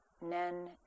nen